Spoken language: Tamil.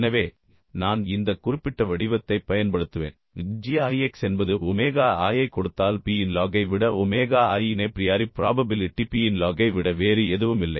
எனவே நான் இந்த குறிப்பிட்ட வடிவத்தைப் பயன்படுத்துவேன் g i x என்பது ஒமேகா i ஐக் கொடுத்தால் P இன் log ஐ விட ஒமேகா i இன் ஏப்ரியாரி ப்ராபபிலிட்டி P இன் log ஐ விட வேறு எதுவும் இல்லை